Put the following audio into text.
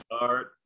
Art